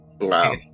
Wow